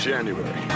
January